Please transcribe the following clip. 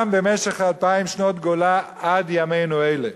גם במשך אלפיים שנות גולה, עד ימינו אלה.